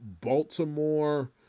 Baltimore